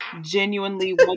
Genuinely